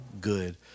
good